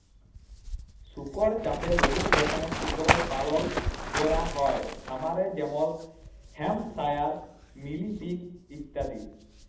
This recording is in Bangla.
শুকর চাষে বহুত রকমের শুকরের পালল ক্যরা হ্যয় খামারে যেমল হ্যাম্পশায়ার, মিলি পিগ ইত্যাদি